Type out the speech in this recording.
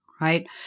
right